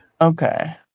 Okay